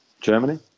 Germany